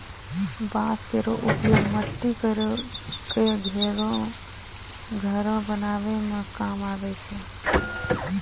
बांस केरो उपयोग मट्टी क घरो बनावै म काम आवै छै